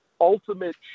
ultimate